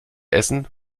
essen